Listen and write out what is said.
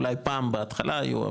אולי פעם בהתחלה היו,